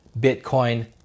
bitcoin